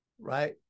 right